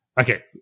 Okay